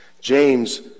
James